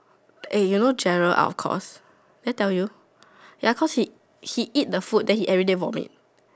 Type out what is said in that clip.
eh you know Gerald out of course did I tell you ya cause he he eat the food then he everyday vomit